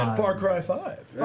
um far cry five!